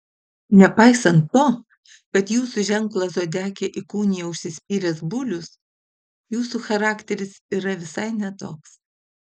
nepaisant to kad jūsų ženklą zodiake įkūnija užsispyręs bulius jūsų charakteris yra visai ne toks